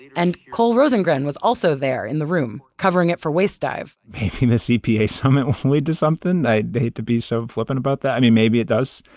and cole rosengren was also there in the room, covering it for wastedive maybe this epa summit will lead to something? i hate to be so flippant about that. and maybe it does?